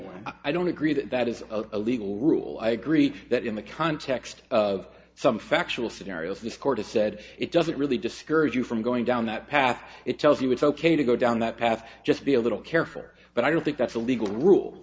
why i don't agree that that is a legal rule i agree that in the context of some factual scenarios this court has said it doesn't really discourage you from going down that path it tells you it's ok to go down that path just be a little careful but i don't think that's a legal rule